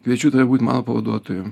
kviečiu tave būt mano pavaduotoju